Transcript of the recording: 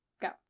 Go